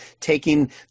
taking